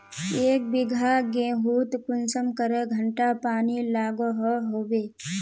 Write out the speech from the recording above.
एक बिगहा गेँहूत कुंसम करे घंटा पानी लागोहो होबे?